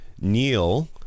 Neil